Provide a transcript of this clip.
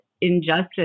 injustice